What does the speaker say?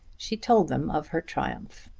she told them of her triumph.